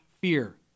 fear